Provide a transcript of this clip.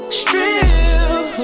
strip